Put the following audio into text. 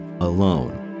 alone